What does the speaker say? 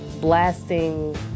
blasting